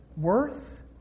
Worth